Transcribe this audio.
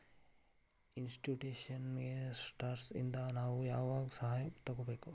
Institutional investors ಇಂದಾ ನಾವು ಯಾವಾಗ್ ಸಹಾಯಾ ತಗೊಬೇಕು?